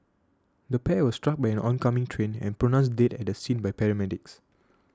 the pair were struck by an oncoming train and pronounced dead at the scene by paramedics